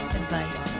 advice